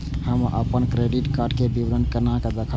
हम अपन credit card के विवरण केना देखब?